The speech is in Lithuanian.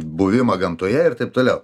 buvimą gamtoje ir taip toliau